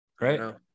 Right